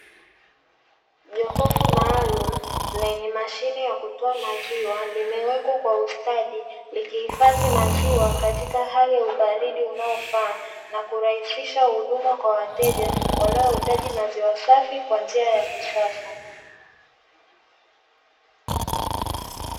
Jokofu maalumu lenye mashine ya kutoa maziwa limewekwa kwa ustadi likihifadhi maziwa katika hali ya ubaridi unaofaa, na kurahisisha huduma kwa wateja wanaohitaji maziwa safi kwa njia ya kisasa.